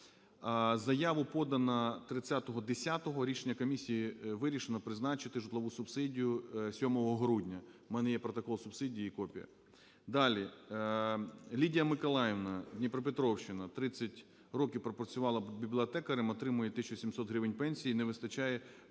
Зава подана 30.10. Рішення комісії: "вирішено призначити житлову субсидію 7 грудня". В мене є протокол субсидії і копія. Далі. Лідія Миколаївна, Дніпропетровщина. 30 років пропрацювала бібліотекарем, отримує 1 тисячу 700 гривень пенсії, не вистачає